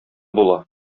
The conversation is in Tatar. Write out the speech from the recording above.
була